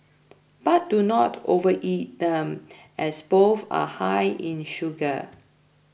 but do not overeat them as both are high in sugar